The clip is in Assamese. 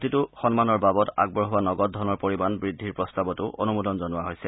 প্ৰতিটো সন্মানৰ বাবদ আগবঢ়োৱা নগদ ধনৰ পৰিমাণ বৃদ্ধিৰ প্ৰস্তাৱতো অনুমোদন জনোৱা হৈছে